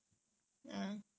ya